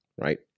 Right